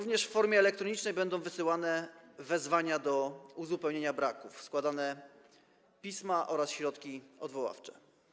W formie elektronicznej będą wysyłane również wezwania do uzupełnienia braków, składane pisma oraz środki odwoławcze.